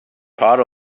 part